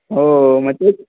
हो मग तेच